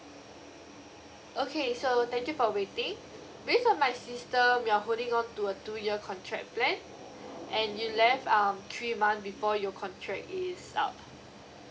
okay so thank you for waiting based on my system you are holding on to a two year contract plan and you left um three months before your contract is up